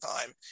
time